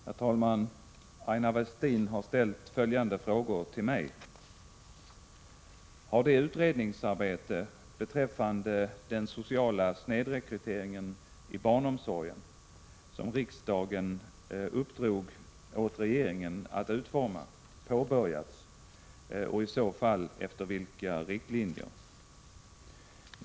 Herr talman! Aina Westin har ställt följande frågor till mig. Har det utredningsarbete, beträffande den sociala snedrekryteringen i barnomsorgen, som riksdagen uppdrog åt regeringen att utforma, påbörjats och i så fall efter vilka riktlinjer?